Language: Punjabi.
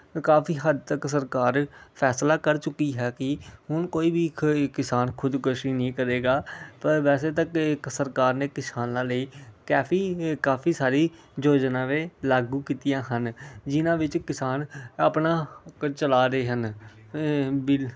ਕਾਫੀ ਹੱਦ ਤੱਕ ਸਰਕਾਰ ਫੈਸਲਾ ਕਰ ਚੁੱਕੀ ਹੈ ਕਿ ਹੁਣ ਕੋਈ ਵੀ ਕ ਕਿਸਾਨ ਖੁਦਕੁਸ਼ੀ ਨਹੀ ਕਰੇਗਾ ਪਰ ਵੈਸੇ ਤਾਂ ਕ ਸਰਕਾਰ ਨੇ ਕਿਸਾਨਾਂ ਲਈ ਕੈਫੀ ਕਾਫੀ ਸਾਰੀ ਯੋਜਨਾਵਾਂ ਲਾਗੂ ਕੀਤੀਆਂ ਹਨ ਜਿਹਨਾਂ ਵਿੱਚ ਕਿਸਾਨ ਆਪਣਾ ਕੁਝ ਚਲਾ ਰਹੇ ਹਨ